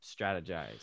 strategize